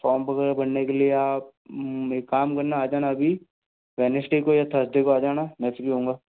form वगैरह भरने के लिए आप एक काम करना आ जाना अभी वेडनेसडे को या थर्सडे को आ जाना मैं भी होऊँगा